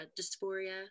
dysphoria